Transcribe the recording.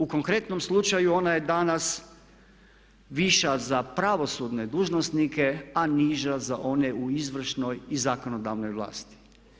U konkretnom slučaju ona je danas viša za pravosudne dužnosnike, a niža za one u izvršnoj i zakonodavnoj vlasti.